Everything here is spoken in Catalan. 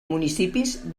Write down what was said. municipis